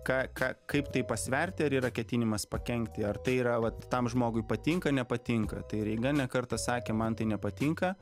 ką kaip tai pasverti ar yra ketinimas pakenkti ar tai yra vat tam žmogui patinka nepatinka tai reigan ne kartą sakė man tai nepatinka